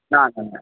না না না